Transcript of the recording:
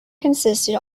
consisted